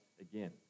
again